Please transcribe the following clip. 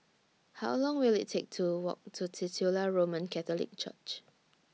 How Long Will IT Take to Walk to Titular Roman Catholic Church